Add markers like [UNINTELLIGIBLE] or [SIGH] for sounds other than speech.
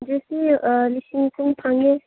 [UNINTELLIGIBLE] ꯂꯤꯁꯤꯡ ꯀꯨꯟ ꯐꯪꯉꯦ